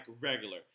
regular